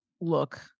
look